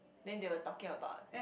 then they were talking about